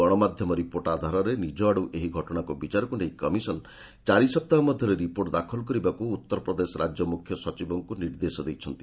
ଗଣମାଧ୍ୟମ ରିପୋର୍ଟ ଆଧାରରେ ନିଜଆଡ଼ ଏହି ଘଟଣାକୁ ବିଚାରକୁ ନେଇ କମିଶନ ଚାରିସପ୍ତାହ ମଧ୍ୟରେ ରିପୋର୍ଟ ଦାଖଲ କରିବାକୁ ଉତ୍ତରପ୍ରଦେଶ ରାଜ୍ୟ ମୁଖ୍ୟସଚିବଙ୍କୁ ନିର୍ଦ୍ଦେଶ ଦେଇଛନ୍ତି